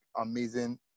amazing